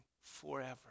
Forever